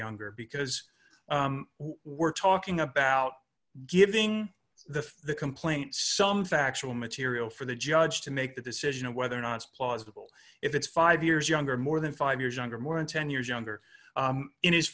younger because we're talking about giving the complaints some factual material for the judge to make the decision of whether or not it's plausible if it's five years younger more than five years younger more than ten years younger in his